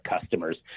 customers